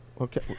Okay